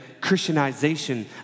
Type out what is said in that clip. Christianization